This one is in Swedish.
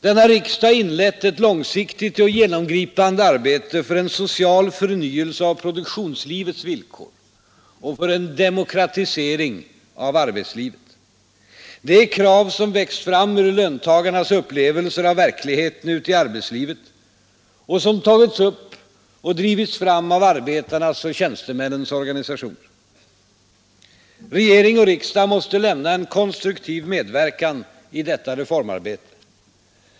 Denna riksdag har inlett ett långsiktigt och genomgripande arbete för en social förnying av produktionslivets villkor och för en demokratisering av arbetslivet. Det är krav som växt fram ur löntagarnas upplevelse av verkligheten ute i arbetslivet och som tagits upp och drivits fram av arbetarnas och tjänstemännens organisationer. Regering och riksdag måste lämna en konstruktiv medverkan i detta reformarbete.